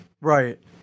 Right